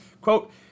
quote